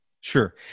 Sure